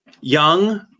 young